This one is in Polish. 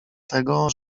tego